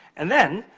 and then,